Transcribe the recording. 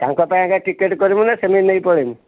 ତାଙ୍କ ପାଇଁ ଆଜ୍ଞା ଟିକେଟ୍ କରିବୁ ନା ସେମିତି ନେଇକି ପଳାଇବୁ